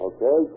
Okay